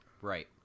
Right